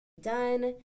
done